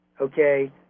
okay